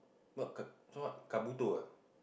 what k~ this one what Kabuto ah